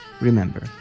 Remember